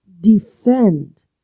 Defend